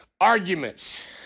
arguments